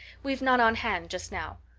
we've none on hand just now.